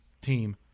team